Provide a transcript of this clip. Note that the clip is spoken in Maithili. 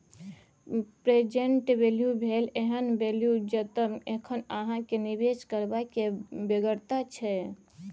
प्रेजेंट वैल्यू भेल एहन बैल्यु जतय एखन अहाँ केँ निबेश करबाक बेगरता छै